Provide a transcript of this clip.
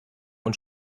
und